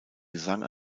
gesang